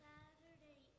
Saturday